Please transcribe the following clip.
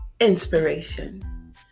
inspiration